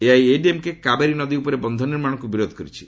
ଏଆଇଏଡିଏମ୍କେ କାବେରୀ ନଦୀ ଉପରେ ବନ୍ଧ ନିର୍ମାଣକୁ ବିରୋଧ କରିଛି